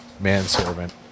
manservant